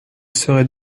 serait